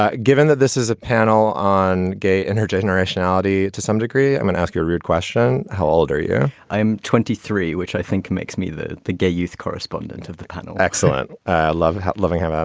ah given that this is a panel on gay energizing irrationality to some degree, i mean, ask your rude question. how old are you? i'm twenty three, which i think makes me the the gay youth correspondent of the cottonelle excellent love, hate loving him, um